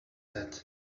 that